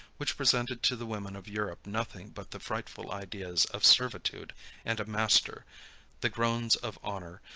which presented to the women of europe nothing but the frightful ideas of servitude and a master the groans of honor,